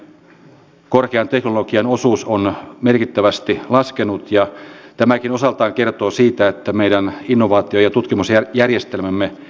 mutta me samaan aikaan teemme myös näitä rakenteellisia uudistuksia joilla sitten tulevaisuudessa tämä tilanne saadaan kestävämmälle pohjalle